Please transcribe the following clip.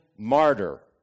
martyr